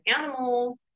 animals